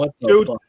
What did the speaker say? Dude